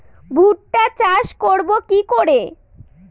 ভুট্টা চাষ করব কি করে?